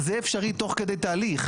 זה אפשרי תוך כדי תהליך.